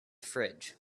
fridge